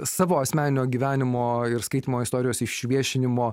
savo asmeninio gyvenimo ir skaitymo istorijos išviešinimo